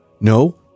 No